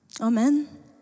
Amen